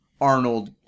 Arnold